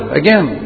again